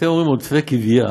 כשאתם אומרים "עודפי גבייה",